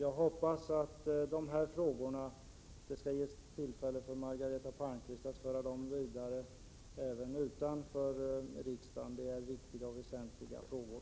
Jag hoppas att det skall ges tillfälle för Margareta Palmqvist att föra dessa frågor vidare även utanför riksdagen. Det är viktiga och väsentliga frågor.